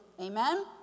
Amen